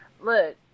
Look